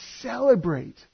celebrate